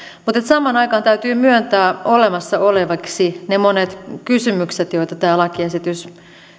mutta samaan aikaan täytyy myöntää olemassa oleviksi ne monet kysymykset joita tämä lakiesitys